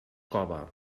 cova